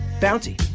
Bounty